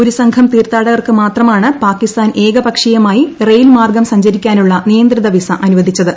ഒരുസംഘം തീർത്ഥാടകർക്ക് മാത്രമാണ് പാകിസ്ഥാൻ ഏകപക്ഷീയമായി റെയിൽ മാർഗം സഞ്ചരിക്കാനുള്ള നിയന്ത്രിത വിസ അനുവദിച്ചത്